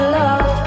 love